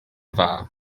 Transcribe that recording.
dda